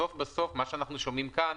בסוף-בסוף מה שאנחנו שומעים כאן,